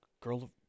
Girl